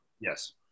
Yes